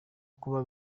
kuba